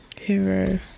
Hero